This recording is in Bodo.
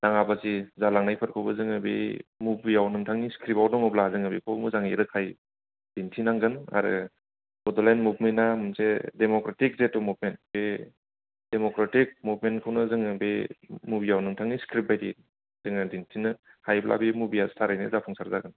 दाङाबाजि जालांनायफोरखौबो जोङो बे मुभियाव नोंथांनि स्क्रिप्टआव दङब्ला जोङो बेखौ मोजाङै रोखायै दिन्थिनांगोन आरो बड'लेण्ड मुभमेन्टआ मोनसे डेम'क्रेटिक जेथु मुभमेन्ट बे डेम'क्रेटिक मुभमेन्टखौनो जोङो बे मुभियाव नोंथांनि स्क्रिप्टबायदि जोङो दिनथिनो हायोब्ला बे मुभिया थारैनो जाफुंसार जागोन